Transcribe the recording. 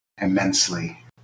immensely